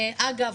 אגב,